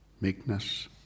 meekness